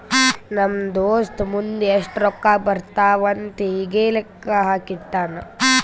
ನಮ್ ದೋಸ್ತ ಮುಂದ್ ಎಷ್ಟ ರೊಕ್ಕಾ ಬರ್ತಾವ್ ಅಂತ್ ಈಗೆ ಲೆಕ್ಕಾ ಹಾಕಿ ಇಟ್ಟಾನ್